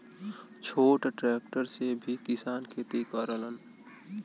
छोट ट्रेक्टर से भी किसान खेती करलन